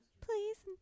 Please